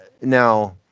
Now